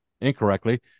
incorrectly